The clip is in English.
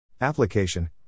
Application